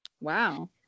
Wow